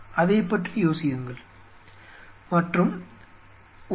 அதைப்பற்றி யோசியுங்கள்